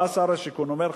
בא שר השיכון ואומר,